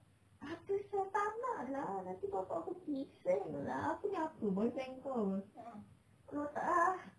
apa sia tak nak lah nanti bapak aku bising lah aku ni apa boyfriend kau [pe] kepala otak ah